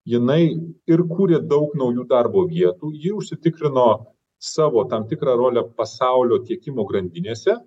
jinai ir kūrė daug naujų darbo vietų ji užsitikrino savo tam tikrą rolę pasaulio tiekimo grandinėse